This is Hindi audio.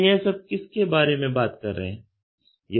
तो यह सब किस के बारे में बात कर रहे है